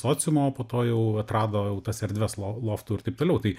sociumo o po to jau atrado jau tas erdves loftų ir taip toliau tai